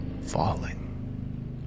Falling